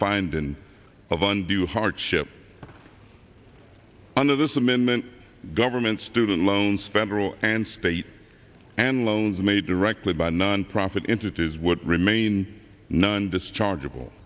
find in of undue hardship under this amendment government student loans federal and state and loans made directly by nonprofit entities would remain none discharge